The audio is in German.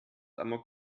amok